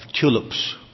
tulips